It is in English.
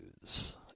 news